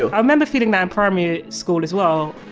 i remember feeling that in primary school as well.